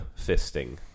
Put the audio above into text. fisting